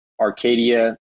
Arcadia